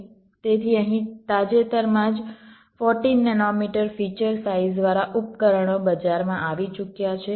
તેથી અહીં તાજેતરમાં જ 14 નેનોમીટર ફીચર સાઇઝ વાળા ઉપકરણો બજારમાં આવી ચૂક્યા છે